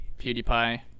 PewDiePie